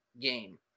game